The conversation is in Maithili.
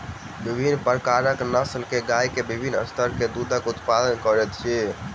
विभिन्न प्रकारक नस्ल के गाय के विभिन्न स्तर के दूधक उत्पादन करैत अछि